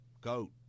goat